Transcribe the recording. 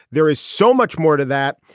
there is so much more to that.